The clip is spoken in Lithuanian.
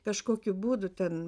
kažkokiu būdu ten